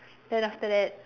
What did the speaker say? then after that